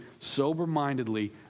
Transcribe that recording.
sober-mindedly